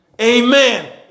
Amen